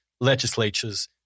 legislatures